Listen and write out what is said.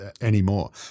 Anymore